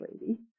lady